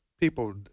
people